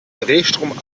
drehstrom